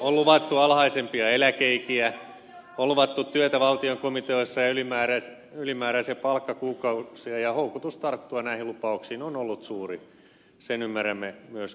on luvattu alhaisempia eläkeikiä on luvattu työtä valtion komiteoissa ja ylimääräisiä palkkakuukausia ja houkutus tarttua näihin lupauksiin on ollut suuri sen ymmärrämme myös kreikkalaisista